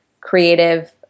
creative